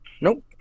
Nope